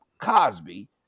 Cosby